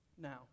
Now